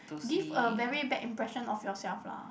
give a very bad impression of yourself lah